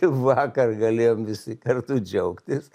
vakar galėjom visi kartu džiaugtis